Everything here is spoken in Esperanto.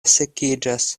sekiĝas